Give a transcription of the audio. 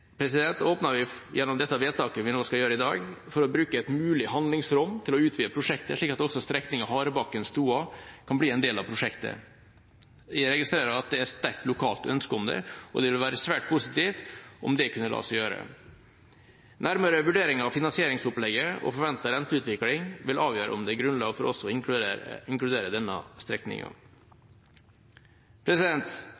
vi, gjennom dette vedtaket vi nå skal gjøre i dag, for å bruke et mulig handlingsrom til å utvide prosjektet, slik at også strekningen Harebakken–Stoa kan bli en del av prosjektet. Jeg registrerer at det er sterkt lokalt ønske om det, og det ville være svært positivt om det kunne la seg gjøre. Nærmere vurderinger av finansieringsopplegget og forventet renteutvikling vil avgjøre om det er grunnlag for også å inkludere denne